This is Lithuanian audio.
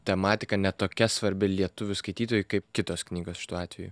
tematika ne tokia svarbi lietuvių skaitytojui kaip kitos knygos šituo atveju